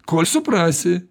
kol suprasi